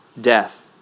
death